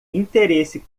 interesse